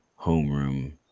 homeroom